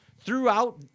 Throughout